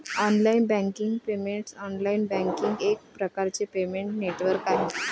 online banking payments online banking एक प्रकारचे payment network आहे